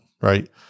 right